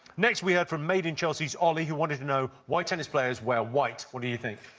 next we heard from made in chelsea's ollie who wanted to know why tennis players wear white. what do you think?